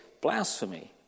blasphemy